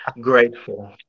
Grateful